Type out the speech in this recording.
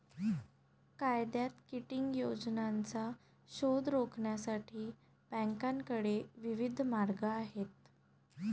कायद्यात किटिंग योजनांचा शोध रोखण्यासाठी बँकांकडे विविध मार्ग आहेत